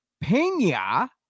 Pena